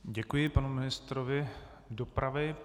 Děkuji panu ministrovi dopravy.